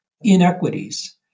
inequities